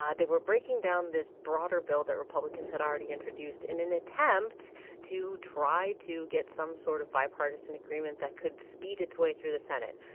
ah they were breaking down this broader bill that republicans had already introduced in an attempt to try to get some sort of bipartisan agreement that could speed its way through the senate.